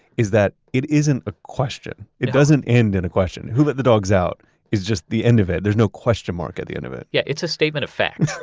is that it isn't a question, it doesn't end in a question. who let the dogs out is just the end of it. there's no question mark at the end of it yeah, it's a statement of fact,